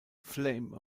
flame